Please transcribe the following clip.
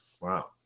Wow